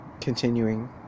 continuing